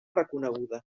reconeguda